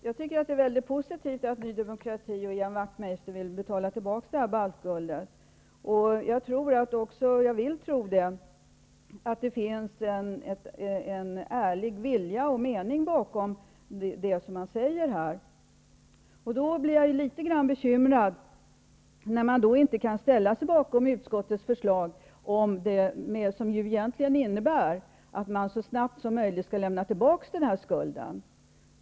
Fru talman! Det är mycket positivt att Ny demokrati och Ian Wachtmeister vill betala tillbaka baltguldet, och jag vill tro att det finns en ärlig vilja och mening bakom det som man säger här. Då blir jag litet bekymrad när man inte kan ställa sig bakom utskottets förslag, som egentligen innebär att vi så snabbt som möjligt skall lämna tillbaka guldet.